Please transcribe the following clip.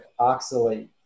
oxalate